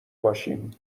باشیم